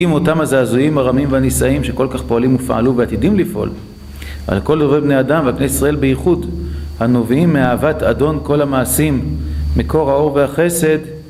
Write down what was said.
אותם הזעזועים הרמים והנישאים שכל כך פועלים ופעלו ועתידים לפעול, על כל אירועי בני אדם ועל בני ישראל בייחוד, הנובעים מאהבת אדון כל המעשים, מקור האור והחסד